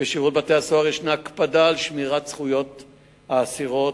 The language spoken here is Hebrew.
בשירות בתי-הסוהר יש הקפדה על שמירת זכויות האסירות,